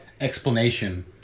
explanation